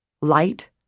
light